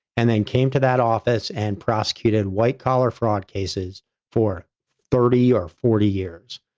and then came to that office and prosecuted white collar fraud cases for thirty or forty years,